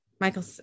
Michael